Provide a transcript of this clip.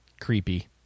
creepy